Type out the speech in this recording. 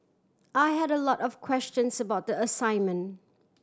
I had a lot of questions about the assignment